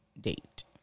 date